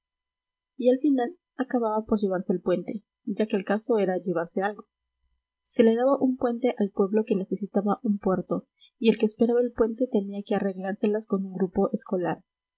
y al final acababa por llevarse el puente ya que el caso era llevarse algo se le daba un puente al pueblo que necesitaba un puerto y el que esperaba el puente tenía que arreglárselas con un grupo escolar